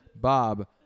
Bob